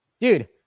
dude